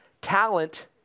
Talent